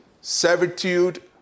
servitude